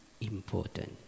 important